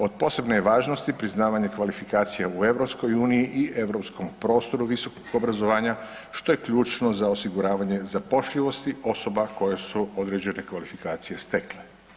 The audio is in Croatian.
Od posebne je važnosti priznavanje kvalifikacija u EU-u i europskom prostoru visokog obrazovanja što je ključno za osiguravanje zapošljivost i osoba koje su određene kvalifikacije stekle.